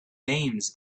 names